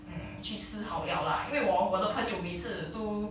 mm 去吃好料 lah 因为 hor 我的朋友每次都